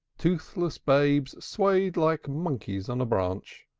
toothless babes swayed like monkeys on a branch.